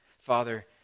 Father